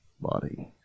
body